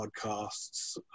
podcasts